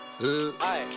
Aye